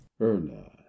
Erna